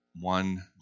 one